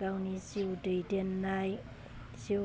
गावनि जिउ दैदेनन्नाय जिउ